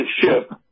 ship